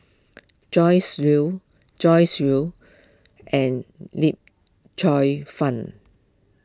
Joyce Jue Joyce Jue and Yip Cheong Fun